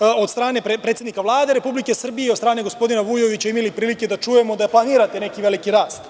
od strane predsednika Vlade Republike Srbije, od strane gospodina Vujovića imali prilike da čujemo da planirate neki veliki rast.